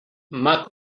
más